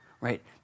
right